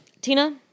Tina